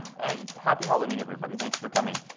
and happy halloween everybody. thanks for coming.